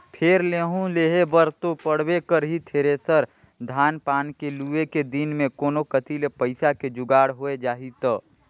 फेर लेहूं लेहे बर तो पड़बे करही थेरेसर, धान पान के लुए के दिन मे कोनो कति ले पइसा के जुगाड़ होए जाही त